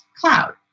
cloud